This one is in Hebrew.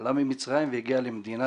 עלה ממצרים והגיע למדינת ישראל.